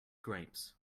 grapes